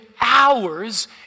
hours